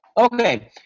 Okay